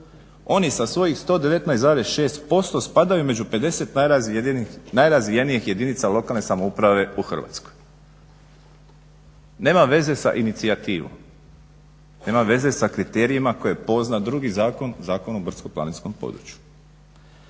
Oni sa svojih 119,6% spadaju među 50 najrazvijenijih jedinica lokalne samouprave u Hrvatskoj. Nema veze sa inicijativom, nema veze sa kriterijima koje poznaje drugi zakon, Zakon o brdsko-planinskom području.